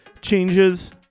Changes